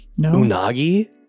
Unagi